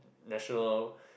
national